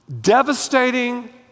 devastating